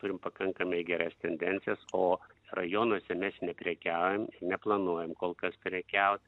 turim pakankamai geras tendencijas o rajonuose mes neprekiaujam neplanuojam kol kas prekiaut